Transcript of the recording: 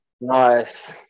nice